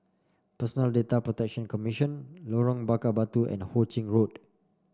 Personal Data Protection Commission Lorong Bakar Batu and Ho Ching Road